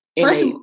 First